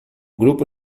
grupo